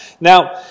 Now